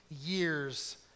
years